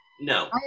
no